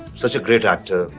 such a great actor.